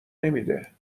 نمیده